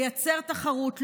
לייצר תחרות,